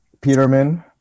Peterman